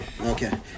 Okay